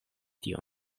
tion